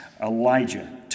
Elijah